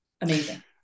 Amazing